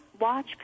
watch